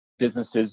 businesses